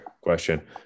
question